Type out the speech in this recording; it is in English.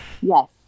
Yes